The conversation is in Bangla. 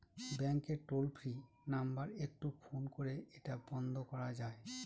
ব্যাংকের টোল ফ্রি নাম্বার একটু ফোন করে এটা বন্ধ করা যায়?